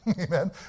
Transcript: amen